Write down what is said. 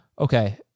Okay